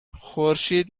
خورشید